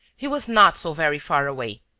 he was not so very far away,